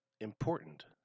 important